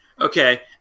Okay